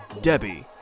Debbie